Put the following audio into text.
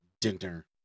Dinner